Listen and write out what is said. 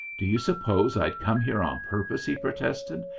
do you suppose i'd come here on purpose? he protested.